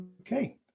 Okay